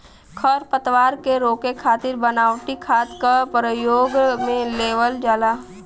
खरपतवार के रोके खातिर बनावटी खाद क परयोग में लेवल जाला